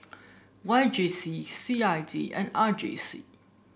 Y J C C I D and R J C